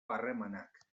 harremanak